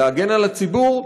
להגן על הציבור,